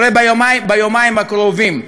הרי ביומיים הקרובים.